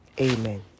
amen